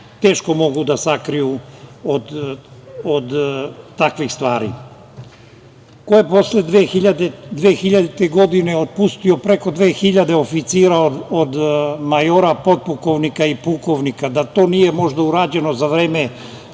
teško mogu da se sakriju od takvih stvari. Ko je posle 2000. godine otpustio preko 2000 oficira od majora potpukovnika i pukovnika, da to nije možda urađeno za vreme